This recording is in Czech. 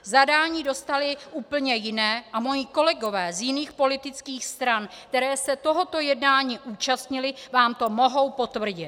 Zadání dostali úplně jiné a moji kolegové z jiných politických stran, které se tohoto jednání účastnily, vám to mohou potvrdit.